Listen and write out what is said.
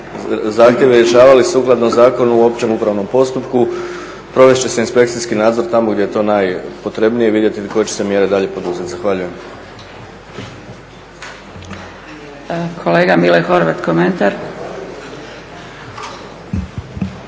zahtjevi rješavali sukladno Zakonu o općem upravnom postupku provest će se inspekcijski nadzor tamo gdje je to najpotrebnije i vidjeti koje će se mjere dalje poduzeti. Zahvaljujem. **Zgrebec, Dragica